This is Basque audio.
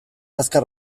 azkar